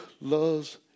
loves